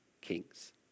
kings